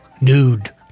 nude